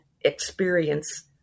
experience